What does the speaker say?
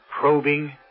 probing